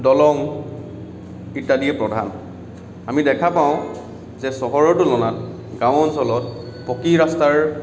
দলং ইত্য়াদিয়েই প্ৰধান আমি দেখা পাও যে চহৰৰ তুলনাত গাঁও অঞ্চলত পকী ৰাস্তাৰ